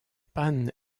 pannes